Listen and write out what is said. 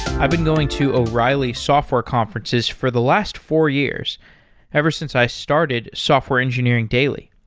i've been going to o'reilly software conferences for the last four years ever since i started software engineering daily.